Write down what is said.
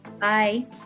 bye